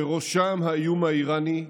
ובראשם האיום האיראני,